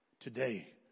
today